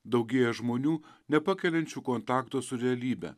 daugėja žmonių nepakeliančių kontakto su realybe